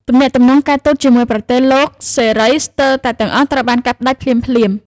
ទំនាក់ទំនងការទូតជាមួយប្រទេសលោកសេរីស្ទើរតែទាំងអស់ត្រូវបានកាត់ផ្ដាច់ភ្លាមៗ។